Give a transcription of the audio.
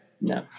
No